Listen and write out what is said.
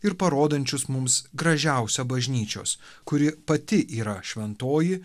ir parodančius mums gražiausią bažnyčios kuri pati yra šventoji